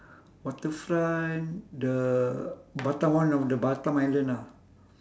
waterfront the batam one of the batam island lah